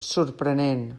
sorprenent